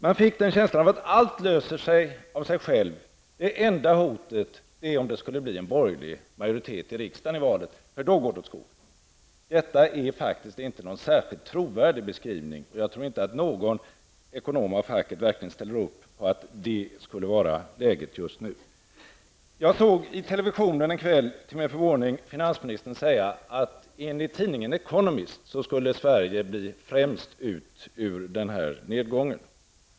Man fick en känsla av att allt löser sig av sig själv och att det enda hotet är att det blir en borgerlig majoritet i riksdagen efter valet -- då skulle det gå åt skogen. Detta är faktiskt inte någon särskilt trovärdig beskrivning, och jag tror inte att någon ekonom av facket verkligen ställer upp på att detta skulle vara läget just nu. Jag såg i televisionen en kväll med förvåning finansministern säga att Sverige enligt tidningen The Economist skulle bli främst ut ur den här nedgången.